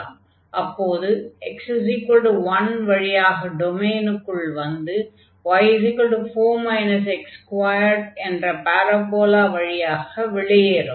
அப்போது x1 வழியாக டொமைனுக்குள் வந்து y 4 x2 என்ற பாரபோலா வழியாக வெளியேறும்